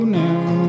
now